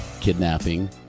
kidnapping